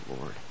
Lord